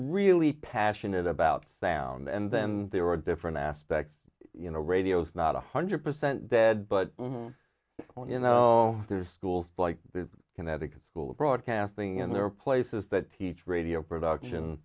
really passionate about sound and then there are different aspects you know radio is not one hundred percent dead but when you know schools like the connecticut school of broadcasting and there are places that teach radio production